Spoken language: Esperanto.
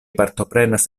partoprenas